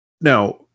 Now